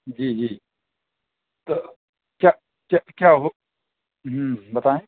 جی جی کیا کیا کیا وہ بتائیں